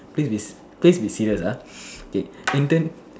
please be please be serious ah okay intern